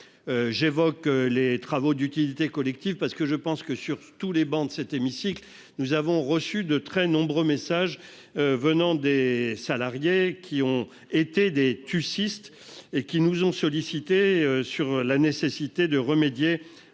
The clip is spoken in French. J'évoque les travaux d'utilité collective parce que je pense que, sur l'ensemble des travées de cet hémicycle, nous avons reçu de très nombreux messages venant de salariés qui ont été des « tucistes » et qui nous ont sollicités sur la nécessité de remédier